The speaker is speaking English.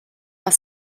are